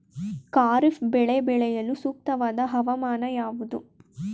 ಖಾರಿಫ್ ಬೆಳೆ ಬೆಳೆಯಲು ಸೂಕ್ತವಾದ ಹವಾಮಾನ ಯಾವುದು?